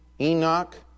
Enoch